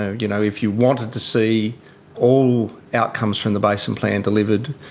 ah you know if you wanted to see all outcomes from the basin plan delivered,